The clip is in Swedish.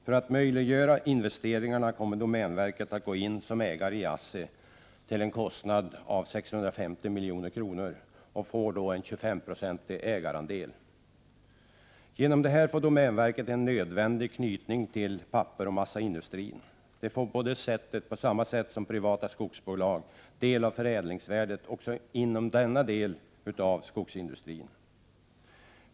För att möjliggöra investeringarna kommer domänverket att gå in som ägare i ASSI till en kostnad av 650 milj.kr., och man får då 25 96 ägarandel. Härigenom får domänverket en nödvändig knytning till pappersoch massaindustrin. Man får då — på samma sätt som privata skogsbolag — del av förädlingsvärdet också inom denna del av skogsindustrin.